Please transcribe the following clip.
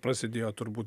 prasidėjo turbūt